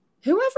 whoever